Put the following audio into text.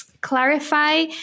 clarify